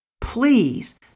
Please